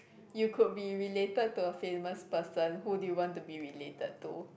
you could be related to a famous person who do you want to be related to